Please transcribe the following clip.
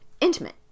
Intimate